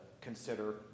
consider